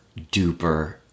duper